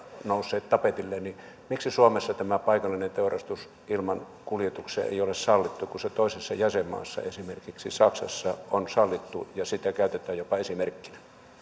nousseet tapetille miksi suomessa tämä paikallinen teurastus ilman kuljetuksia ei ole sallittu kun se toisessa jäsenmaassa esimerkiksi saksassa on sallittu ja sitä käytetään jopa esimerkkinä